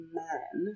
man